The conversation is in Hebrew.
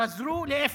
חזרו לאפס.